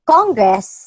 Congress